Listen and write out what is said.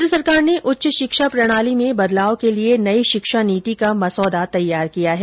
केन्द्र सरकार ने उच्च शिक्षा प्रणाली में बदलाव के लिए नई शिक्षा नीति का मसौदा तैयार किया है